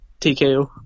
TKO